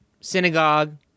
synagogue